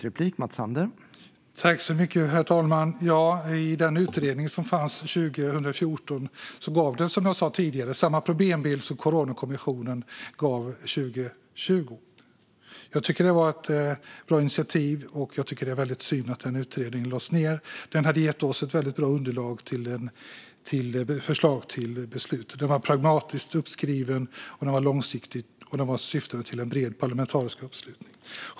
Herr talman! Den utredning som fanns 2014 gav som jag sa tidigare samma problembild som Coronakommissionen gav 2020. Jag tycker att det var ett bra initiativ, och jag tycker att det är synd att den utredningen lades ned. Den hade gett oss ett bra underlag för förslag till beslut. Den var pragmatiskt skriven, den var långsiktig och den syftade till bred parlamentarisk uppslutning.